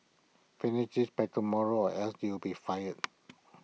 finish this by tomorrow or else you'll be fired